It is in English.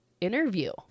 interview